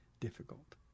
difficult